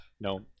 No